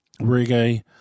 reggae